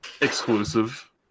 Exclusive